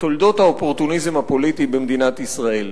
בתולדות האופורטוניזם הפוליטי במדינת ישראל.